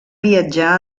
viatjar